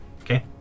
Okay